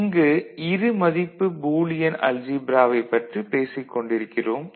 இங்கு இருமதிப்புப் பூலியன் அல்ஜீப்ராவைப் பற்றி பேசிக் கொண்டிருக்கிறோம்